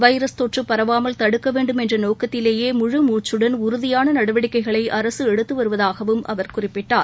virus தொற்று பரவாமல் தடுக்க வேண்டும் என்ற நோக்கத்திலேயே முழு மூச்சுடன் உறுதியான நடவடிக்கைகளை அரசு எடுத்து வருவதாகவும் அவர் குறிப்பிட்டார்